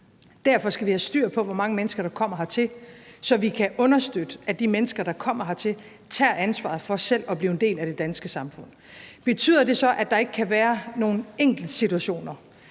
Derfor skal vi have styr på, hvor mange mennesker der kommer hertil, så vi kan understøtte, at de mennesker, der kommer hertil, tager ansvaret for selv at blive en del af det danske samfund. Betyder det så, at der ikke kan være nogle enkeltsituationer